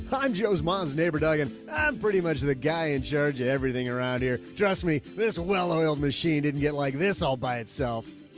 i'm joe's mom's neighbor, doug, and i'm pretty much the guy in charge of everything around here. dress me this well oiled machine. didn't get like this all by itself.